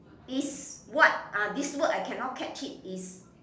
is what ah this word I cannot catch it is